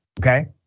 okay